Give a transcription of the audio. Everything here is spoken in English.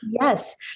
yes